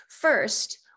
First